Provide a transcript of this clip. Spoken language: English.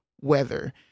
weather